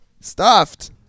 Stuffed